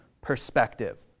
perspective